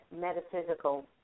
metaphysical